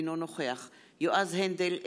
אינו נוכח יועז הנדל,